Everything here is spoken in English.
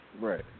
Right